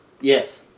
Yes